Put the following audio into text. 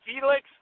Felix